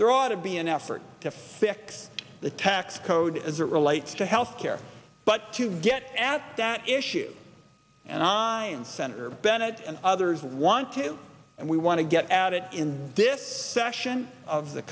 there ought to be an effort to fix the tax code as it relates to health care but to get at that issue and i and senator bennett and others want to and we want to get at it in this session of the